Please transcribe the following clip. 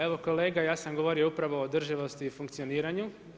Evo kolega ja sam govorio upravo o održivosti i funkcioniranju.